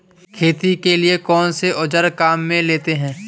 खेती के लिए कौनसे औज़ार काम में लेते हैं?